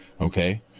Okay